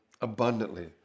abundantly